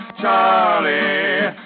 Charlie